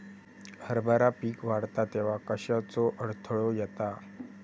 हरभरा पीक वाढता तेव्हा कश्याचो अडथलो येता?